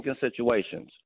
situations